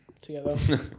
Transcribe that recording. together